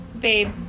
babe